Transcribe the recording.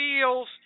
feels